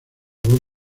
voz